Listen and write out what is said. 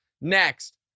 Next